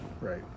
right